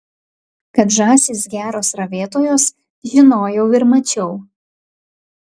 kad žąsys geros ravėtojos žinojau ir mačiau